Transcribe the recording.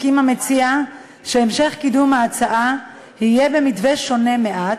הסכים המציע שהמשך קידום ההצעה יהיה במתווה שונה מעט,